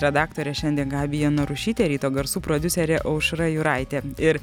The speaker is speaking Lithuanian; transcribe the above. redaktorė šiandien gabija narušytė ryto garsų prodiuserė aušra juraitė ir